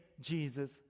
Jesus